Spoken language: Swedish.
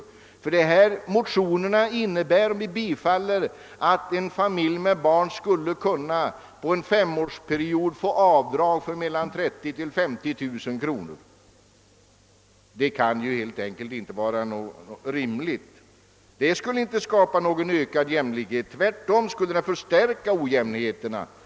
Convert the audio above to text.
Ett bifall till dessa motioner innebär att en familj med barn på en femårsperiod skulle kunna få avdrag på mellan 30 000 och 50 000 kronor. Det kan helt enkelt inte vara rimligt. Det skulle inte skapa ökad jämlikhet, tvärtom skulle det förstärka ojämnheterna.